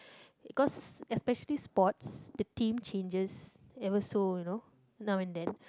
cause especially sports the team changes ever so you know now and then